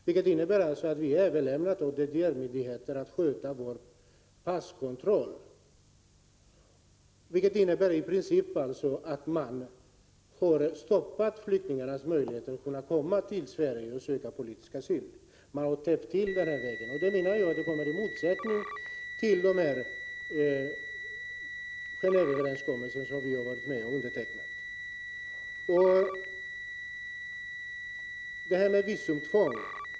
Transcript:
Vi har överlämnat till myndigheterna i DDR att sköta vår passkontroll, och det innebär i princip att man har täppt till den vägen för flyktingar att komma till Sverige och söka politisk asyl. Detta menar jag är i strid med Genéveöverenskommelsen som vi undertecknat.